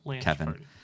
Kevin